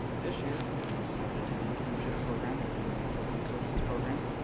this year we started an internship program within the interpreting services program,